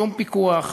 שום פיקוח,